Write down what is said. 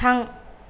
थां